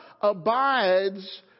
abides